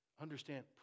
Understand